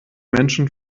menschen